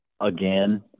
again